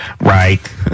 right